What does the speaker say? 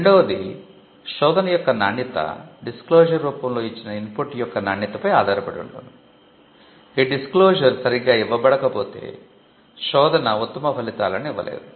రెండవది శోధన యొక్క నాణ్యత దిస్క్లోశర్ సరిగ్గా ఇవ్వబడక పోతే శోధన ఉత్తమ ఫలితాలను ఇవ్వలేదు